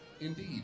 indeed